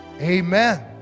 Amen